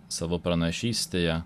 savo pranašystėje